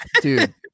Dude